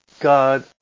God